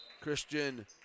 Christian